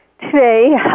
today